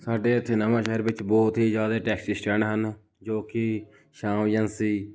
ਸਾਡੇ ਇੱਥੇ ਨਵਾਂ ਸ਼ਹਿਰ ਵਿੱਚ ਬਹੁਤ ਹੀ ਜ਼ਿਆਦੇ ਟੈਕਸੀ ਸਟੈਂਡ ਹਨ ਜੋ ਕਿ ਸ਼ਾਮ ਏਜੰਸੀ